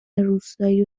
روستایی